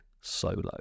solo